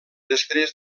després